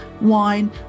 wine